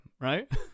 right